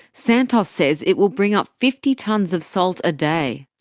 santos says it will bring up fifty tonnes of salt a day.